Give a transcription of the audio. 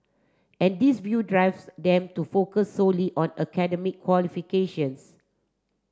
and this view drives them to focus solely on academic qualifications